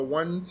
one